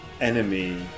enemy